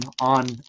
on